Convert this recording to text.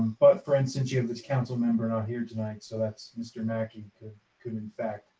but for instance, you have this councilmember not here tonight, so that's mr. mackey could could in fact,